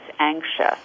anxious